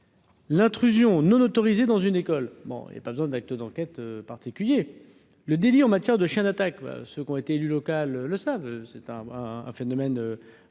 L'intrusion non autorisée dans une école, bon il y a pas besoin d'actes d'enquête particulier le délit en matière de chiens d'attaque, ceux qui ont été élu local le savent, c'est un un phénomène